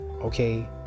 okay